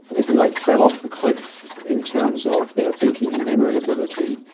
if you like, fell off the cliff in terms of their thinking and memory ability,